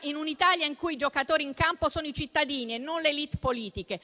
in un'Italia in cui i giocatori in campo sono i cittadini e non le *élite* politiche.